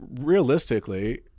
realistically